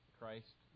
Christ